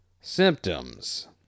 Symptoms